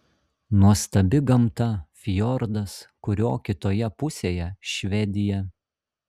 nuostabi gamta fjordas kurio kitoje pusėje švedija